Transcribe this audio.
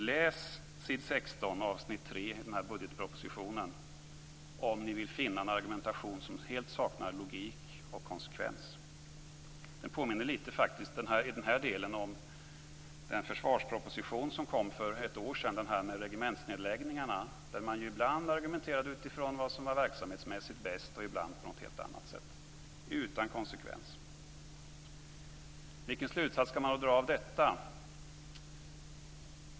Läs s. 14, avsnitt 3 i budgetpropositionen om ni vill finna en argumentation som helt saknar logik och konsekvens! Den påminner litet grand faktiskt om den försvarspropositionen som lades fram för ett år sedan om regementsnedläggningarna. Ibland argumenterade man utifrån det som var verksamhetsmässigt bäst och ibland på ett helt annat sätt utan konsekvens. Vilken slutsats skall man då dra av detta?